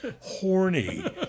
horny